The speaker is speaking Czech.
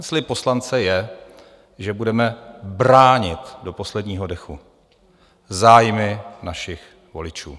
Slib poslance je, že budeme bránit do posledního dechu zájmy našich voličů.